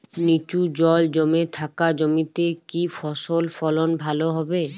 নিচু জল জমে থাকা জমিতে কি ফসল ফলন ভালো হবে?